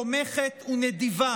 תומכת ונדיבה